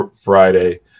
Friday